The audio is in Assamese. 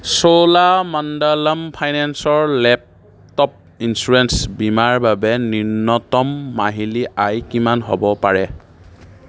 চোলামণ্ডলম ফাইনেন্সৰ লেপটপ ইঞ্চুৰেঞ্চ বীমাৰ বাবে নিম্নতম মাহিলী আয় কিমান হ'ব পাৰে